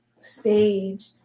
stage